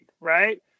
right